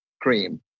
Cream